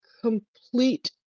complete